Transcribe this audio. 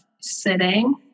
sitting